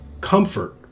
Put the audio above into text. comfort